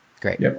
Great